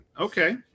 Okay